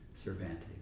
Cervantes